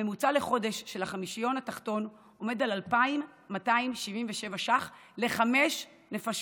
הממוצע לחודש של החמישון התחתון עומד על 2,277 ש"ח לחמש נפשות,